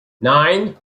nine